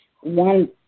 one